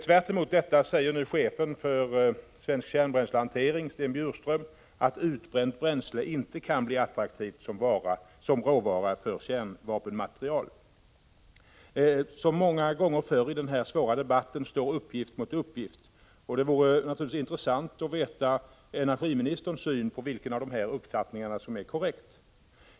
Tvärtemot detta säger nu chefen för svensk kärnbränslehantering, Sten Bjurström, att utbränt bränsle inte kan bli attraktivt som råvara för kärnvapenmaterial. Som många gånger förr i denna svåra debatt står uppgift mot uppgift. Det vore intressant att få veta energiministerns syn på vilken av dessa uppfattningar som är korrekt.